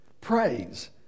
Praise